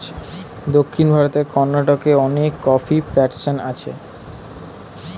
দক্ষিণ ভারতের কর্ণাটকে অনেক কফি প্ল্যান্টেশন আছে